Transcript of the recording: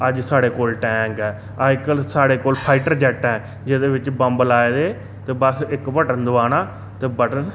अज्ज साढ़े कोल टैंक ऐ अजकल साढ़े कोल फाइटर जैट ऐ जेहदे बिच्च बम्ब लाए दे ते बस्स इक बटन दबाना ते बटन